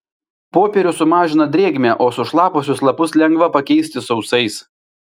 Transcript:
popierius sumažina drėgmę o sušlapusius lapus lengva pakeisti sausais